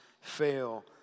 fail